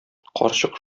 карчык